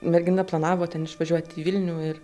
mergina planavo ten išvažiuot į vilnių ir